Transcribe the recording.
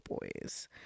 boys